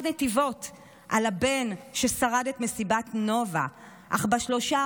נתיבות על הבן ששרד את מסיבת נובה אך בשלושת,